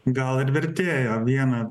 gal vertėjo ir vieną